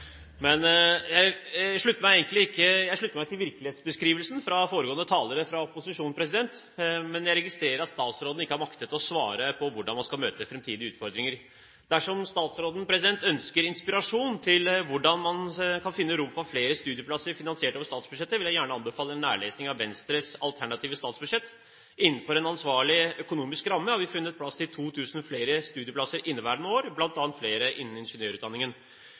Jeg slutter meg til virkelighetsbeskrivelsen fra foregående talere fra opposisjonen, men jeg registrerer at statsråden ikke har maktet å svare på hvordan man skal møte fremtidige utfordringer. Dersom statsråden ønsker inspirasjon med hensyn til hvordan man kan finne rom for flere studieplasser finansiert over statsbudsjettet, vil jeg gjerne anbefale en nærlesning av Venstres alternative statsbudsjett. Innenfor en ansvarlig økonomisk ramme har vi funnet plass til 2 000 flere studieplasser i inneværende år, bl.a. flere plasser innen ingeniørutdanningen.